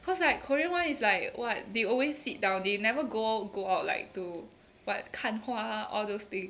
cause like korean [one] is like what they always sit down they never go go out like to what 看花 all those thing